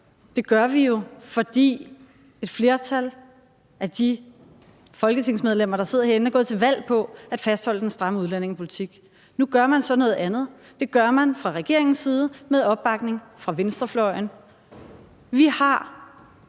Det gør vi jo, fordi et flertal af de folketingsmedlemmer, der sidder herinde, er gået til valg på at fastholde den stramme udlændingepolitik. Nu gør man så noget andet. Det gør man fra regeringens side med opbakning fra venstrefløjen. Hvis